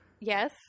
Yes